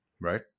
Right